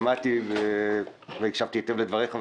שמעתי את דבריך.